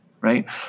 right